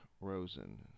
Rosen